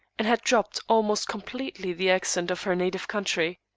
and had dropped, almost completely, the accent of her native country.